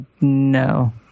no